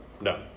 No